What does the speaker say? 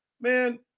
man